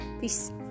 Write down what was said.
Peace